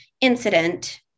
incident